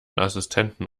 assistenten